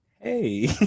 Hey